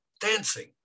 dancing